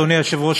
אדוני היושב-ראש,